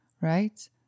right